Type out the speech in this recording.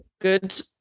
good